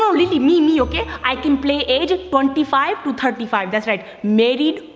no, lilly, me, me, okay? i can play age twenty five to thirty five, that's right. married,